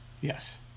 Yes